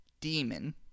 demon